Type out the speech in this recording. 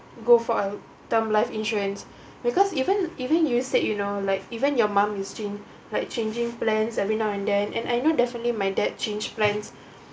go for a term life insurance because even even you said you know like even your mum you see like changing plans every now and then and I know definitely my dad change plans